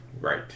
Right